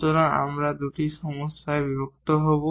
সুতরাং আমরা দুটি সমস্যায় বিভক্ত হব